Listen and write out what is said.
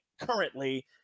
currently